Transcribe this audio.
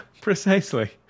precisely